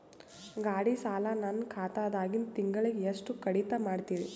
ಗಾಢಿ ಸಾಲ ನನ್ನ ಖಾತಾದಾಗಿಂದ ತಿಂಗಳಿಗೆ ಎಷ್ಟು ಕಡಿತ ಮಾಡ್ತಿರಿ?